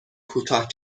کوتاه